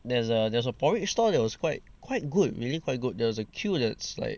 there's a there's a porridge stall that was quite quite good really quite good there was a queue that's like